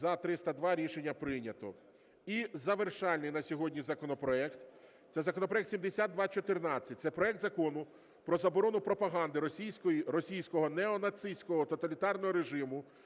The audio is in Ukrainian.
За-302 Рішення прийнято. І завершальний на сьогодні законопроект – це законопроект 7214. Це проект Закону про заборону пропаганди російського неонацистського тоталітарного режиму,